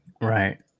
Right